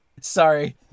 Sorry